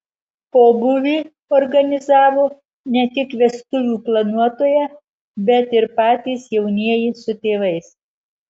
pobūvį organizavo ne tik vestuvių planuotoja bet ir patys jaunieji su tėvais